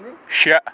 شیٚے